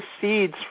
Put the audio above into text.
seeds